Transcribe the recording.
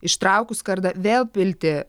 ištraukus skardą vėl pilti